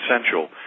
essential